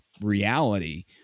reality